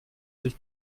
sich